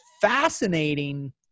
fascinating